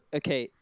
okay